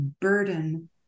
burden